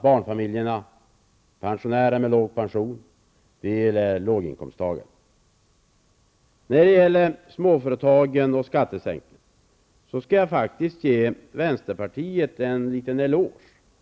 Barnfamiljerna, pensionärer med låg pension och låginkomsttagare gynnas. Beträffande småföretagen och skattesänkningarna skall jag faktiskt ge vänsterpartiet en liten eloge.